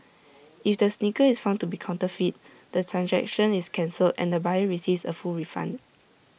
if the sneaker is found to be counterfeit the transaction is cancelled and the buyer receives A full refund